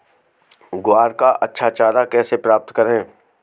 ग्वार का अच्छा चारा कैसे प्राप्त करें?